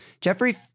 Jeffrey